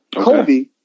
kobe